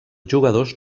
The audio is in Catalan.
jugadors